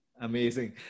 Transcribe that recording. amazing